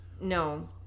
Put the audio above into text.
No